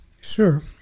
Sure